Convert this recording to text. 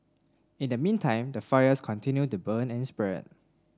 in the meantime the fires continue to burn and spread